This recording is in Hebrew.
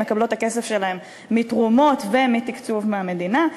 הן מקבלות את הכסף שלהן מתרומות ומתקצוב מהמדינה,